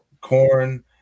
corn